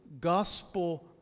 gospel